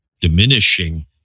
diminishing